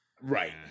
Right